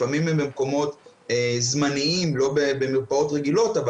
לפעמים הן במקומות זמניים ולא במרפאות רגילות אבל